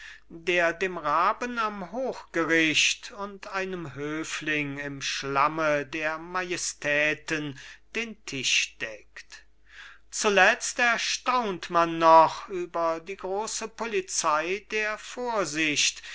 der dem raben am hochgericht und einem höfling im schlamme der majestäten den tisch deckt zuletzt erstaunt man noch über die große polizei der vorsicht